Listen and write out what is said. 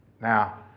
Now